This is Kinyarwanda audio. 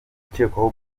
ukekwaho